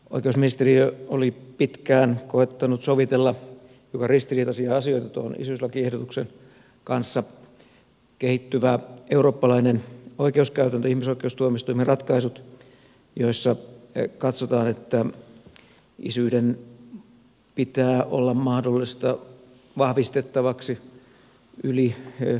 oikeusministeriö oli pitkään koettanut sovitella hiukan ristiriitaisia asioita tuon isyyslakiehdotuksen kanssa kehittyvä eurooppalainen oikeuskäytäntö ihmisoikeustuomioistuimen ratkaisut joissa katsotaan että isyyden pitää olla mahdollista vahvistettavaksi yli vuosirajojen